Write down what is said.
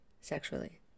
sexually